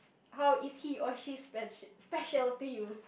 how is he or she speci~ special to you